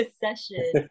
session